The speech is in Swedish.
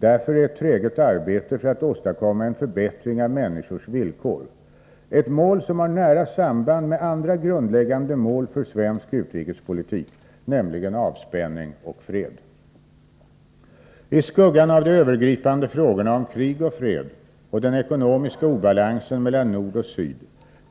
Därför är ett träget arbete för att åstadkomma en förbättring av människors villkor ett mål som har nära samband med andra grundläggande mål för svensk utrikespolitik, nämligen avspänning och fred. I skuggan av de övergripande frågorna om krig och fred och den ekonomiska obalansen mellan nord och syd